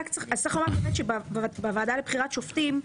צריך לומר שבוועדה לבחירת שופטים,